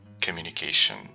communication